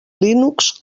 linux